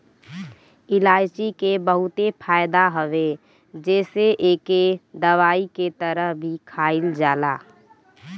इलायची के बहुते फायदा हवे जेसे एके दवाई के तरह भी खाईल जाला